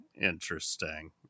interesting